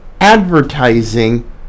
advertising